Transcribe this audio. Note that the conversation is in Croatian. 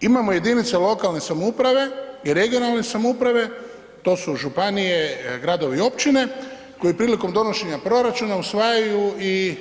Imamo jedinice lokalne samouprave i regionalne samouprave, to su županije, gradovi i općine koje prilikom donošenja proračuna usvajaju i